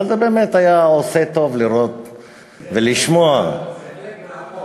אבל זה באמת עשה טוב לראות ולשמוע, זה חלק מהחוק